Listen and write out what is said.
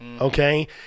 okay